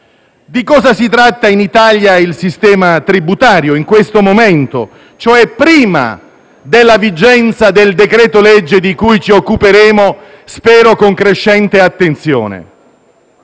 si configura in Italia il sistema tributario, in questo momento, cioè prima della vigenza del decreto-legge di cui ci occuperemo, spero con crescente attenzione: